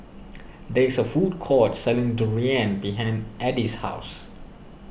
there is a food court selling Durian behind Edie's house